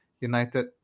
United